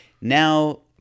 now